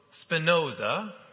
Spinoza